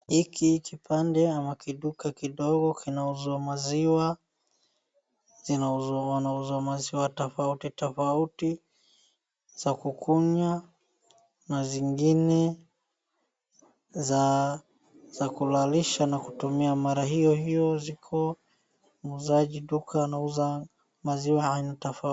Hiki kipande ama kiduka kidogo, kinauza maziwa, wanauza maziwa tofauti tofauti ,za kukunywa na zingine za kulalalisha na kutumia, mara hiohio ziko muuzaji duka anauza maziwa aina tofauti.